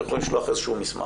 אתם יכולים לשלוח איזשהו מסמך.